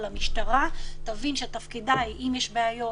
אבל המשטרה תבין שתפקידה אם יש בעיות,